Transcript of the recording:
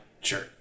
sure